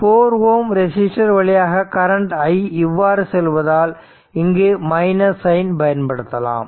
4 Ω resistor வழியாக current i இவ்வாறு செல்வதால் இங்கு மைனஸ் சைன் பயன்படுத்தலாம்